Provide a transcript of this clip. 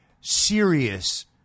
serious